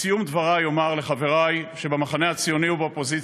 בסיום דברי אומר לחברי שבמחנה הציוני ובאופוזיציה: